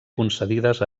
concedides